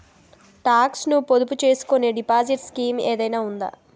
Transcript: Talks ను పొదుపు చేసుకునే డిపాజిట్ స్కీం ఏదైనా ఉందా?